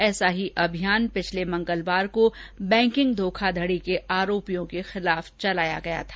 ऐसा ही अभियान पिछले मंगलवार को बैंकिंग धोखाधडी के आरोपियों के खिलाफ चलाया गया था